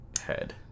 head